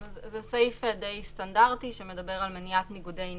זה סעיף די סטנדרטי שמדבר על מניעת ניגודי עניינים.